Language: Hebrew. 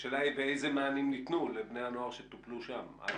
לבני הנוער שטופלו שם?